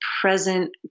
present